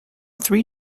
three